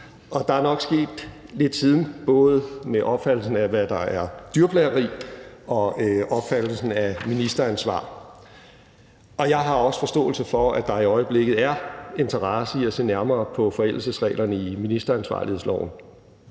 der er nok sket lidt siden både med opfattelsen af, hvad der er dyrplageri, og opfattelsen af ministeransvar. Og jeg har også forståelse for, at der i øjeblikket er interesse i at se nærmere på forældelsesreglerne i ministeransvarlighedsloven.